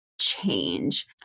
change